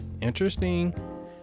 interesting